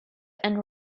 and